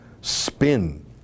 spin